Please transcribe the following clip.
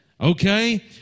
okay